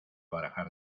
barajar